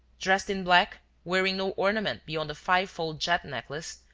dressed in black, wearing no ornament beyond a five-fold jet necklace,